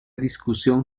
discusión